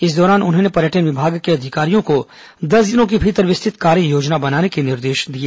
इस दौरान उन्होंने पर्यटन विभाग के अधिकारियों को दस दिनों के भीतर विस्तृत कार्ययोजना बनाने के निर्देश दिए